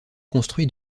construits